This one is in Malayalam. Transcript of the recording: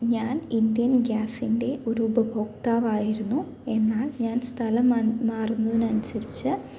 ഞാൻ ഇന്ത്യൻ ഗ്യാസിൻ്റെ ഒരു ഉപഭോക്താവായിരുന്നു എന്നാൽ ഞാൻ സ്ഥലം മാറുന്നതിനനുസരിച്ച്